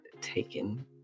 taken